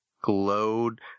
Glowed